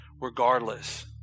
regardless